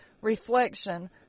reflection